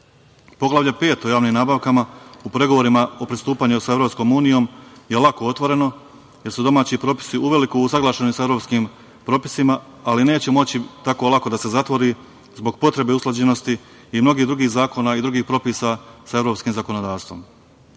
postupak. Poglavlje 5. o javnim nabavkama u pregovorima o pristupanju sa EU je lako otvoreno, jer su domaći propisi uveliko usaglašeni sa evropskim propisima, ali neće moći tako lako da se zatvori zbog potrebe usklađenosti i mnogih drugih zakona i drugih propisa sa evropskim zakonodavstvom.U